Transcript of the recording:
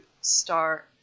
start